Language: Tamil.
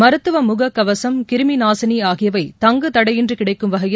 மருத்துவ முகக்கவசம் கிருமிநாசினி ஆகியவை தங்குதடையின்றி கிடைக்கும் வகையில்